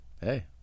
hey